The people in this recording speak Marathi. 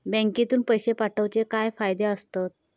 बँकेतून पैशे पाठवूचे फायदे काय असतत?